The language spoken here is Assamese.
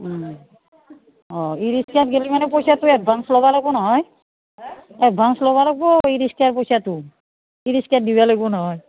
অঁ ই ৰিক্সাত গেলি মানে পইচাটো এডভান্স ল'ব লাগব নহয় এডভাান্স ল'ব লাগব ই ৰিক্সাৰ পইচাটো ই ৰিক্সাত দিবা লাগিব নহয়